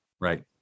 Right